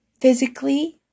physically